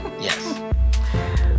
Yes